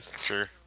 sure